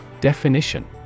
definition